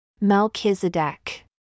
Melchizedek